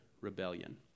rebellion